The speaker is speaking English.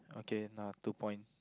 okay nah two point